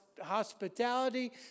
hospitality